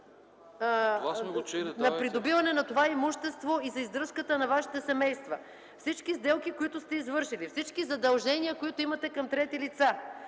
на придобиване на това имущество и за издръжката на Вашите семейства, всички сделки, които сте извършили, всички задължения, които имате към трети лица,